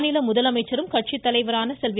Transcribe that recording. மாநில முதலமைச்சரும் கட்சித்தலைவரான செல்வி